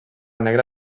negra